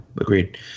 agreed